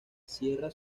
cierra